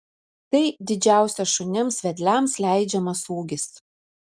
tai didžiausias šunims vedliams leidžiamas ūgis